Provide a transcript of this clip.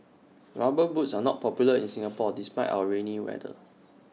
rubber boots are not popular in Singapore despite our rainy weather